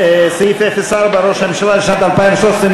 סעיף 03, חברי ממשלה, אין הסתייגויות.